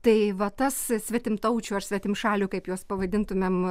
tai va tas svetimtaučių ar svetimšalių kaip juos pavadintumėm